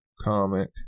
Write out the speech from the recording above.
comic